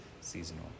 seasonal